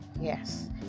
Yes